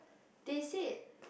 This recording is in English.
they said